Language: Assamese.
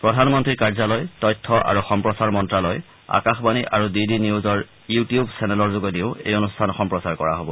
প্ৰধানমন্ত্ৰীৰ কাৰ্যালয় তথ্য আৰু সম্প্ৰচাৰ মন্ত্যালয় আকাশবাণী আৰু ডি ডি নিউজৰ ইউটিউব চেনেলৰ যোগেদিও এই অনুষ্ঠান সম্প্ৰচাৰ কৰা হব